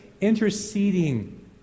interceding